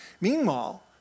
Meanwhile